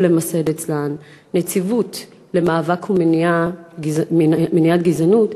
למסד אצלן נציבות למאבק ולמניעת גזענות,